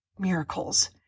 miracles